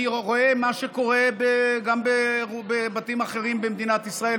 אני רואה גם מה שקורה בבתים אחרים במדינת ישראל,